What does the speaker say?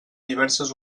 diverses